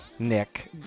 Nick